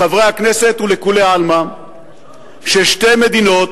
לחברי הכנסת ולכולי עלמא ששתי מדינות